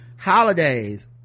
holidays